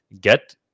get